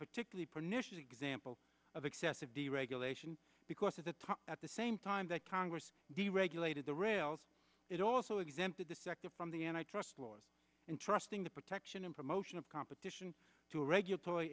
particularly pernicious example of excessive deregulation because of the talk at the same time that congress deregulated the rails it also exempted the sector from the antitrust laws in trusting the protection and promotion of competition to a regulatory